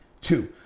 two